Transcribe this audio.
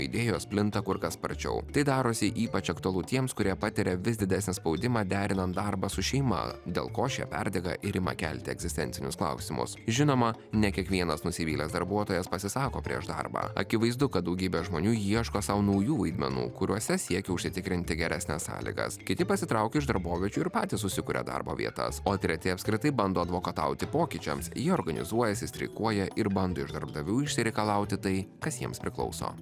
idėjos plinta kur kas sparčiau tai darosi ypač aktualu tiems kurie patiria vis didesnį spaudimą derinant darbą su šeima dėl ko šie perdega ir ima kelti egzistencinius klausimus žinoma ne kiekvienas nusivylęs darbuotojas pasisako prieš darbą akivaizdu kad daugybė žmonių ieško sau naujų vaidmenų kuriuose siekia užsitikrinti geresnes sąlygas kiti pasitraukia iš darboviečių ir patys susikuria darbo vietas o treti apskritai bando advokatauti pokyčiams jie organizuojasi streikuoja ir bando iš darbdavių išsireikalauti tai kas jiems priklauso